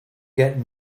get